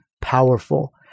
powerful